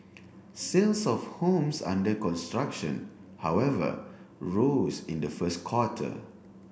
sales of homes under construction however rose in the first quarter